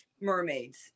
mermaids